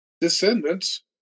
descendants